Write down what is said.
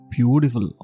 Beautiful